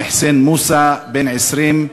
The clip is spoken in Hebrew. חוסיין מוסא, בן 20,